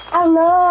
Hello